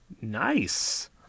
Nice